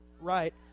right